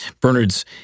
Bernard's